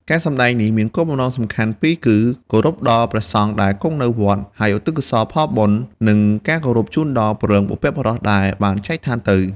ការសម្តែងនេះមានគោលបំណងសំខាន់ពីរគឺ គោរពដល់ព្រះសង្ឃដែលគង់នៅវត្ត ហើយឧទ្ទិសកុសលផលបុណ្យ និងការគោរពជូនដល់ ព្រលឹងបុព្វបុរស ដែលបានចែកឋានទៅ។